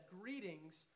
Greetings